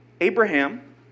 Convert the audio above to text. Abraham